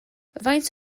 faint